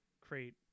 create